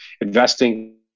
investing